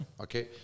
okay